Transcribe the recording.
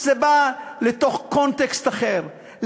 זה בא לתוך קונטקסט אחר,